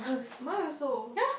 mine also